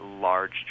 large